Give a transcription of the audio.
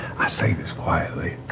i say this quietly.